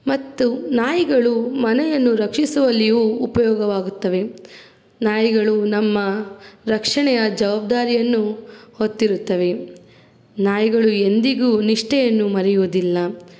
ಮತ್ತು ನಾಯಿಗಳು ಮನೆಯನ್ನು ರಕ್ಷಿಸುವಲ್ಲಿಯೂ ಉಪಯೋಗವಾಗುತ್ತವೆ ನಾಯಿಗಳು ನಮ್ಮ ರಕ್ಷಣೆಯ ಜವಬ್ದಾರಿಯನ್ನು ಹೊತ್ತಿರುತ್ತವೆ ನಾಯಿಗಳು ಎಂದಿಗೂ ನಿಷ್ಠೆಯನ್ನು ಮರೆಯುವುದಿಲ್ಲ